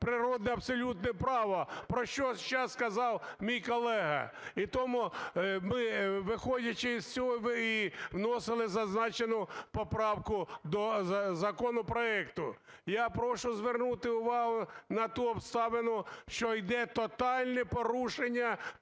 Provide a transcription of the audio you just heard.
природне абсолютне право, про що зараз казав мій колега. І тому ми, виходячи із цього, і вносили зазначену поправку до законопроекту. Я прошу звернуту увагу на ту обставину, що іде тотальне порушення